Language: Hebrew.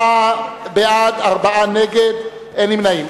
54 בעד, ארבעה נגד, אין נמנעים.